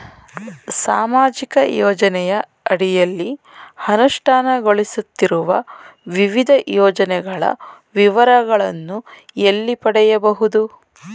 ಸಾಮಾಜಿಕ ಯೋಜನೆಯ ಅಡಿಯಲ್ಲಿ ಅನುಷ್ಠಾನಗೊಳಿಸುತ್ತಿರುವ ವಿವಿಧ ಯೋಜನೆಗಳ ವಿವರಗಳನ್ನು ಎಲ್ಲಿ ಪಡೆಯಬಹುದು?